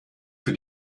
für